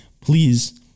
please